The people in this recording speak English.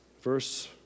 verse